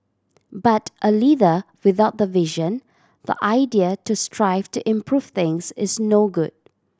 but a leader without the vision the idea to strive to improve things is no good